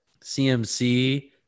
CMC